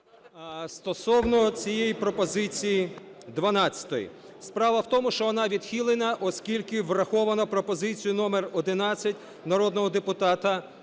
Стосовно цієї пропозиції 12. Справа в тому, що вона відхилена, оскільки врахована пропозиція номер 11 народного депутата